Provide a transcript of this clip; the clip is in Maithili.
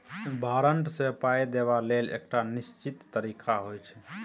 बारंट सँ पाइ देबा लेल एकटा निश्चित तारीख होइ छै